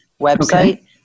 website